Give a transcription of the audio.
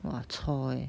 !wah! !choy!